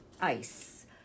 ice